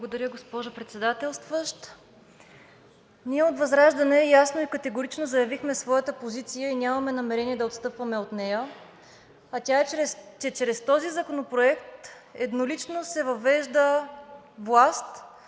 Благодаря, госпожо Председателстващ! Ние от ВЪЗРАЖДАНЕ ясно и категорично заявихме своята позиция и нямаме намерение да отстъпваме от нея, а тя е, че чрез този законопроект еднолично се въвежда власт